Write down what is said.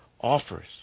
offers